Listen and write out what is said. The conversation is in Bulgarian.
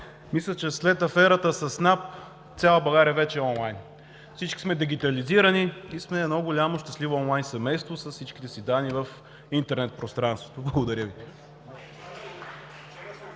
Мисля, че след аферата с НАП цяла България вече е онлайн, всички сме дигитализирани и сме едно голямо щастливо онлайн семейство с всичките си данни в интернет пространството. Благодаря Ви.